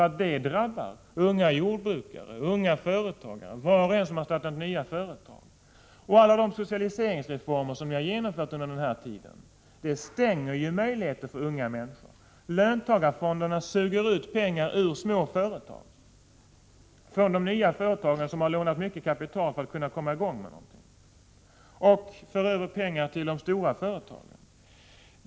Men det drabbar unga jordbrukare, unga företagare och alla som startat nya 89 stimulera unga människor till initiativtagande och nytänkande företag. Vidare bidrar alla de socialiseringsreformer som ni har genomfört under den här tiden till att unga människor utestängs. Löntagarfonderna suger ut pengar ur små företag, ur de nya företag som har lånat ett stort kapital för att kunna komma i gång med en verksamhet. Pengar förs således över till de stora företagen.